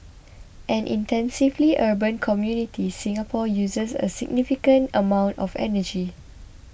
an intensively urban community Singapore uses a significant amount of energy